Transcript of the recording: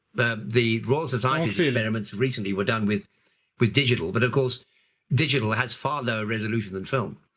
the the royal society's experiments recently were done with with digital, but of course digital has farther resolution than film.